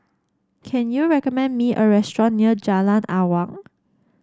can you recommend me a restaurant near Jalan Awang